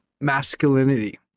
masculinity